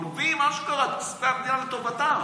אשכרה גונבים את כספי המדינה לטובתם